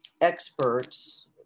experts